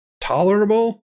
tolerable